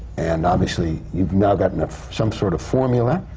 and obviously, you've now gotten ah some sort of formula?